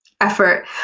Effort